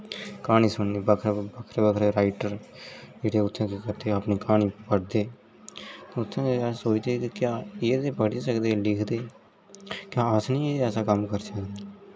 क्हानी सुननी बक्खरे बक्खरे राइटर फिरि ओह् उत्थैं केह् करदे अपनी क्हानी पढ़दे उत्थे सोचदे के क्या एह् ते पढ़ी सकदे लिखदे क्या अस निं ऐसा कम्म करी सकदे